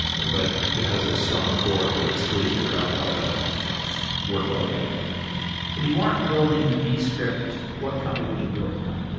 but it has a strong core that's really figured out how to work well together if you aren't building descript, what company would you be working on?